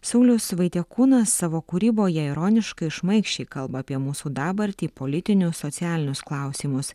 saulius vaitiekūnas savo kūryboje ironiškai šmaikščiai kalba apie mūsų dabartį politinius socialinius klausimus